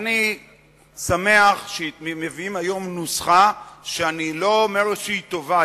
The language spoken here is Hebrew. אני שמח שמביאים היום נוסחה שאני לא אומר שהיא טובה,